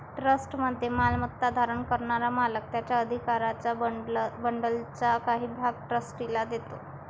ट्रस्टमध्ये मालमत्ता धारण करणारा मालक त्याच्या अधिकारांच्या बंडलचा काही भाग ट्रस्टीला देतो